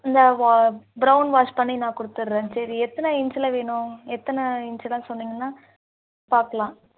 இந்த வா brown wash பண்ணி நான் கொடுத்துர்றேன் சரி எத்தனை இன்ச்சில் வேணும் எத்தனை இன்ச் எதாவது சொன்னிங்கனால் பார்க்கலாம்